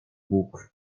bóg